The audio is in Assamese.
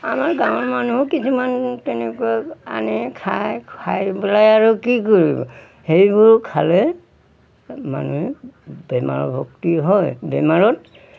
আমাৰ গাঁৱৰ মানুহ কিছুমান তেনেকুৱা আনে খায় খাই পেলাই আৰু কি কৰিব সেইবোৰ খালে মানুহে বেমাৰ হয় বেমাৰত